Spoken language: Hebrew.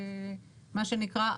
מה שנקרא,